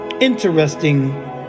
Interesting